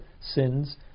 sins